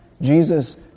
Jesus